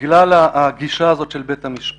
בגלל הגישה הזו של בית המשפט.